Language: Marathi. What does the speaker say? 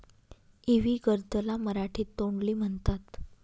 इवी गर्द ला मराठीत तोंडली म्हणतात